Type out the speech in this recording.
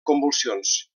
convulsions